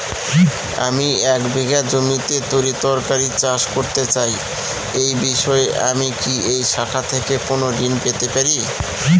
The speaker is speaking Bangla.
আমি এক বিঘা জমিতে তরিতরকারি চাষ করতে চাই এই বিষয়ে আমি কি এই শাখা থেকে কোন ঋণ পেতে পারি?